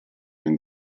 nel